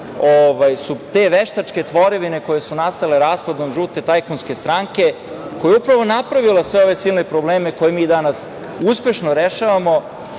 veštačke tvorevine koje su nastale raspadom žute tajkunske stranke koja je upravo napravila sve ove silne probleme koje mi danas uspešno rešavamo,